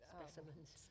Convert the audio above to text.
specimens